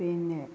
പിന്നെ